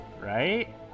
Right